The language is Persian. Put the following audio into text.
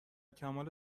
کمال